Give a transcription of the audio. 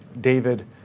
David